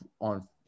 on